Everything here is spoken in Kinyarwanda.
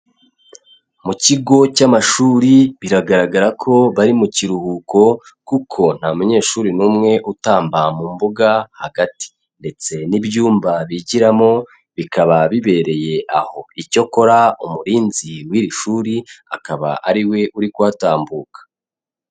Mu kigo cy'amashuri biragaragara ko bari mu kiruhuko kuko nta munyeshuri n'umwe utamba mu mbuga hagati; ndetse n'ibyumba bigiramo bikaba bibereye aho, icyakora umurinzi w'iri shuri akaba ari we uri kuhatambuka.